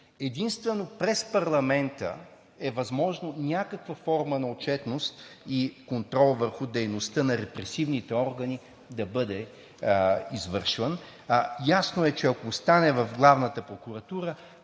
Единствено през парламента е възможно някаква форма на отчетност и контрол върху дейността на репресивните органи да бъде извършван. Ясно е, че ако остане в главната прокуратура